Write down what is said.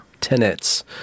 tenets